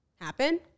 happen